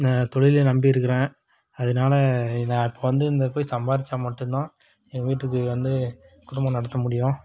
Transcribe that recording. தொழிலை நம்பியிருக்கிறேன் அதனால இதை இப்போ வந்து இந்த போய் சம்பாரித்தா மட்டுந்தான் எங்கள் வீட்டுக்கு வந்து குடும்பம் நடத்த முடியும்